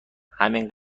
همین